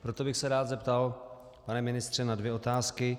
Proto bych se rád zeptal, pane ministře, na dvě otázky.